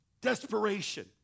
desperation